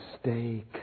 stay